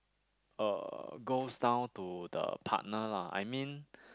uh goes down to the partner lah I mean